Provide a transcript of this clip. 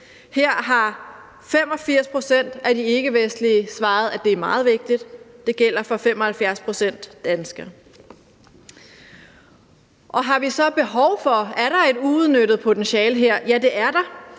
Her har 85 pct. af de ikkevestlige indvandrere svaret, at det er meget vigtigt – det gælder for 75 pct. danskere. Er der et uudnyttet potentiale her? Ja, det er der.